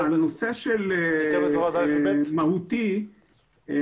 הנושא של מהותי נכנס